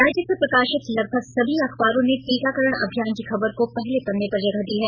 राज्य से प्रकाशित लगभग सभी अखबारों ने टीकाकरण अभियान की खबर को पहले पन्ने पर जगह दी है